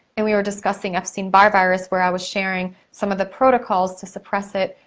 and we were discussing epstein-barr virus where i was sharing some of the protocols to suppress it,